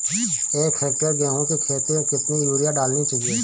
एक हेक्टेयर गेहूँ की खेत में कितनी यूरिया डालनी चाहिए?